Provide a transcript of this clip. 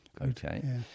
Okay